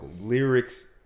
lyrics